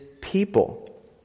people